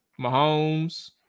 Mahomes